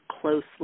closely